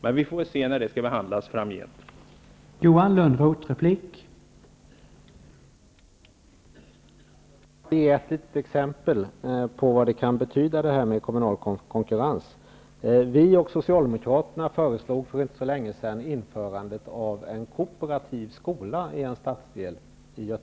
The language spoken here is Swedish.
Men vi får väl återkomma till detta när frågan framgent skall behandlas.